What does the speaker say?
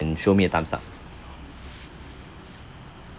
and show me a thumbs up